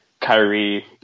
Kyrie